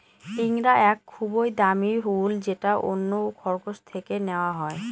ইঙ্গরা এক খুবই দামি উল যেটা অন্য খরগোশ থেকে নেওয়া হয়